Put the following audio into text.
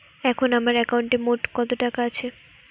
এখন আমার একাউন্টে মোট কত টাকা আছে?